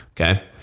okay